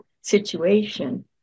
situation